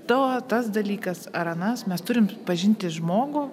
to tas dalykas ar anas mes turim pažinti žmogų